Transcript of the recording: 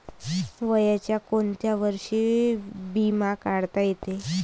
वयाच्या कोंत्या वर्षी बिमा काढता येते?